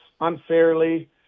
unfairly